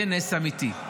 זה נס אמיתי.